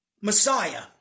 Messiah